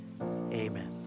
Amen